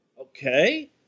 okay